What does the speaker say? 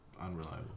unreliable